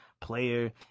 player